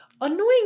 annoying